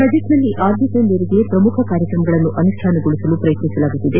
ಬಜೆಟ್ನಲ್ಲಿ ಆದ್ದತೆ ಮೇರೆಗೆ ಪ್ರಮುಖ ಕಾರ್ಯಕ್ರಮಗಳನ್ನು ಅನುಷ್ಟಾನಗೊಳಿಸಲು ಪ್ರಯತ್ನಿಸಲಾಗುತ್ತಿದೆ